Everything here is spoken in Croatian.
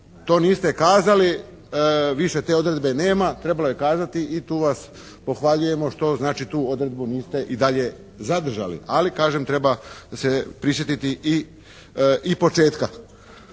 To niste kazali. Više te odredbe nema. Trebalo je kazati i tu vas pohvaljujemo što znači tu odredbu niste i dalje zadržali. Ali kažem treba se prisjetiti i početka.